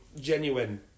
genuine